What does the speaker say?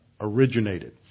originated